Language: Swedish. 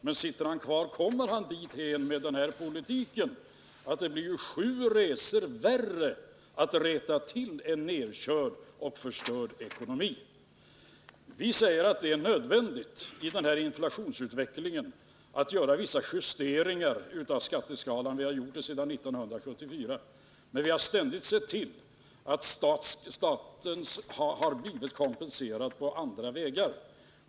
Men sitter han kvar, kommer han dithän med den här politiken att det blir sju resor värre att rätta till en nerkörd och förstörd ekonomi. Vi säger att det i den här inflationsutvecklingen är nödvändigt att göra vissa justeringar av skatteskalan. Vi har gjort det sedan 1974, men vi har därvid ständigt sett till att staten har blivit kompenserad på andra vägar.